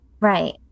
right